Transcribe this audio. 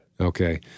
Okay